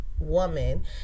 woman